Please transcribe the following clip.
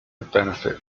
benefit